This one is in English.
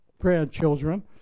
grandchildren